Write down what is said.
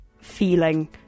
feeling